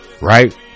Right